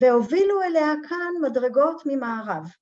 ‫והובילו אליה כאן מדרגות ממערב.